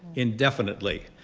indefinitely.